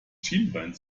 schienbein